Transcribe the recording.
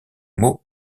mots